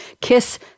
kiss